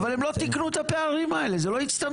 אבל הם לא תקנו את הפערים האלה, זה לא הצטמצם.